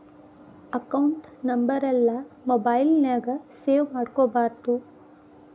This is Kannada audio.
ಅಕೌಂಟ್ ನಂಬರೆಲ್ಲಾ ಮೊಬೈಲ್ ನ್ಯಾಗ ಸೇವ್ ಮಾಡ್ಕೊಬಾರ್ದು